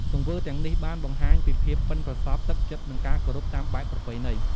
ទង្វើទាំងនេះបានបង្ហាញពីភាពប៉ិនប្រសប់ ទឹកចិត្ត និងការគោរពតាមបែបប្រពៃណី។